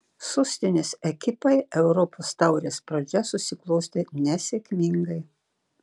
sostinės ekipai europos taurės pradžia susiklostė nesėkmingai